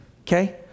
okay